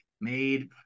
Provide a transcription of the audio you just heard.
made